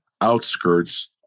outskirts